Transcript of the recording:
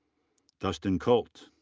dustin kult.